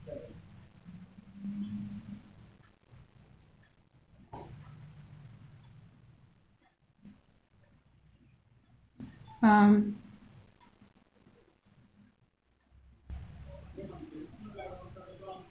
um